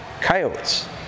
Coyotes